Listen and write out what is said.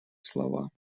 слова